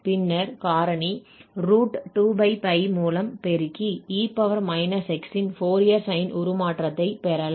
பின்னர் காரணி 2 மூலம் பெருக்கி e−x இன் ஃபோரியர் சைன் உருமாற்றத்தைப் பெறலாம்